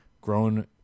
grown